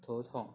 头痛